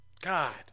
God